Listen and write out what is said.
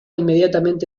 inmediatamente